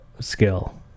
skill